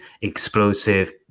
explosive